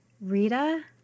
Rita